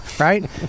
Right